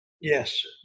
Yes